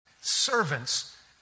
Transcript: Servants